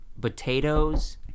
potatoes